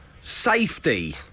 Safety